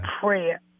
prayer